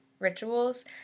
rituals